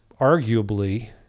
arguably